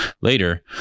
Later